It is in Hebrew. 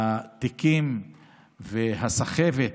שהתיקים והסחבת